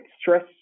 stress